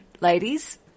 ladies